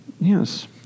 Yes